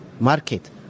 market